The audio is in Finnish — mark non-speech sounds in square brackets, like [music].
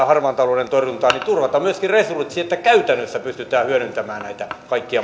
[unintelligible] harmaan talouden torjuntaan myöskin resurssit siihen että käytännössä pystytään hyödyntämään näitä kaikkia [unintelligible]